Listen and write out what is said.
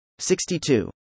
62